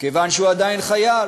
כיוון שהוא עדיין חייל: